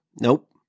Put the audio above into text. Nope